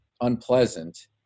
unpleasant